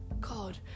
God